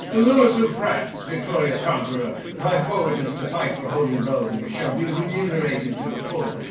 and lewis of france, victorious conqueror, thy forwardness to fight for holy rome, shall be remunerated to the full.